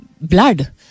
blood